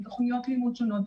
בתוכניות לימוד שונות,